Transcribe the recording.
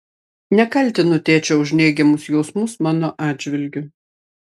nekaltinu tėčio už neigiamus jausmus mano atžvilgiu